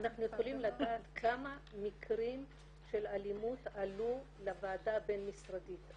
אנחנו יכולים לדעת כמה מקרים של אלימות עלו לוועדה הבין משרדית.